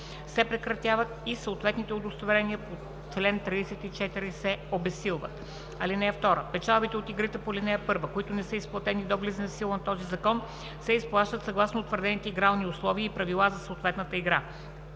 се прекратяват и съответните удостоверения по чл. 34 се обезсилват. (2) Печалбите от игрите по ал. 1, които не са изплатени до влизането в сила на този закон, се изплащат съгласно утвърдените игрални условия и правила за съответната игра.